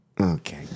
Okay